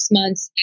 months